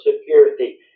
security